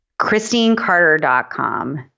Christinecarter.com